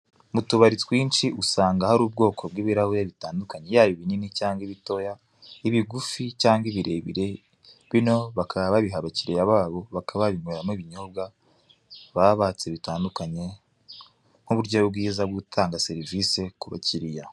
Mu tubari twinshi usanga hari ubwoko bw' ibirahure butandukanye yaba ibinini cyangwa ibitoya ibigufi cyangwa ibirebire bino bakaba babiha abakiriya babo bakaba babinyweramo ibinyobwa baba batse bitandukanye nk' uburyo bwiza bwo gutanga serivise ku bakiriya.